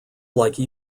like